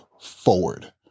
forward